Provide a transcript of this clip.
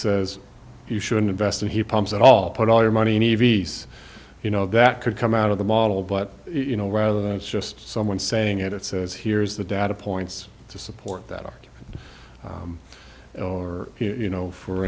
say you shouldn't invest in he pumps at all put all your money reese you know that could come out of the model but you know rather than just someone saying it's here's the data points to support that arc or you know for